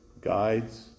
Guides